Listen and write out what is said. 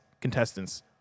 Contestants